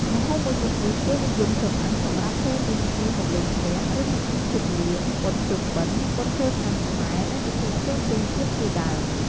ម្ហូបមួយមុខនេះគេនិយមចំអិនសម្រាប់ពេលមានភ្ញៀវមកលេងផ្ទះ ឬពិធីជប់លៀង បុណ្យភ្ជុំបិណ្ឌ បុណ្យចូលឆ្នាំខ្មែរ និងពិធីផ្សេងៗទៀតជាដើម។